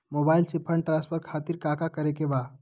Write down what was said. Mobile से fund transfer खातिर काका करे के बा?